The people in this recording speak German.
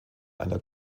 einer